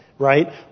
right